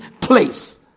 place